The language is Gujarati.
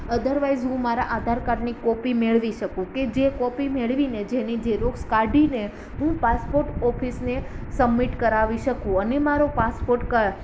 અધરવાઇઝ હું મારા આધારકાર્ડની કોપી મેળવી શકું કે જે કોપી મેળવીને જેની ઝેરોક્ષ કાઢીને હું પાસપોર્ટ ઓફિસને સબમિટ કરાવી શકું અને મારો પાસપોર્ટ